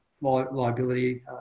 liability